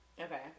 Okay